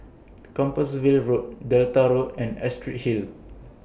Compassvale Road Delta Road and Astrid Hill